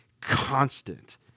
constant